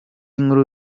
nkuru